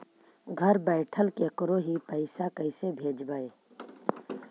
घर बैठल केकरो ही पैसा कैसे भेजबइ?